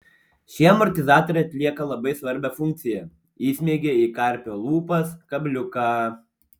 šie amortizatoriai atlieka labai svarbią funkciją įsmeigia į karpio lūpas kabliuką